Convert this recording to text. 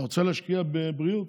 אתה רוצה להשקיע בבריאות?